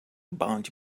bounty